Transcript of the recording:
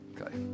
Okay